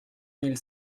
mille